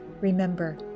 Remember